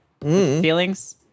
feelings